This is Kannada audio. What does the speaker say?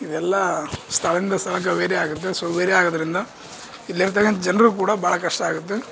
ಇದೆಲ್ಲಾ ಸ್ಥಳದಿಂದ ಸ್ಥಳಕ್ಕೆ ವೇರಿ ಆಗುತ್ತೆ ಸೋ ವೇರಿ ಆಗದ್ರಿಂದ ಇಲ್ಲಿರ್ತಕ್ಕಂಥ ಜನರು ಕೂಡ ಭಾಳ ಕಷ್ಟ ಆಗುತ್ತೆ